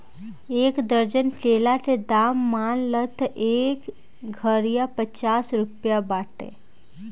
एक दर्जन केला के दाम मान ल त एह घारिया पचास रुपइआ बाटे